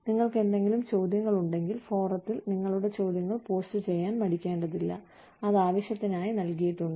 നിങ്ങൾക്ക് എന്തെങ്കിലും ചോദ്യങ്ങളുണ്ടെങ്കിൽ ഫോറത്തിൽ നിങ്ങളുടെ ചോദ്യങ്ങൾ പോസ്റ്റുചെയ്യാൻ മടിക്കേണ്ടതില്ല അത് ആവശ്യത്തിനായി നൽകിയിട്ടുണ്ട്